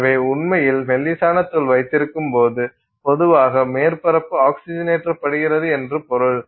எனவே உண்மையில் மெல்லிசான தூள் வைத்திருக்கும்போது பொதுவாக மேற்பரப்பு ஆக்ஸிஜனேற்றப்படுகிறது என்று பொருள்